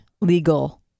legal